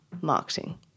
marketing